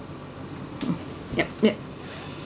yup yup